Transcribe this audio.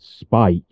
Spike